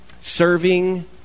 Serving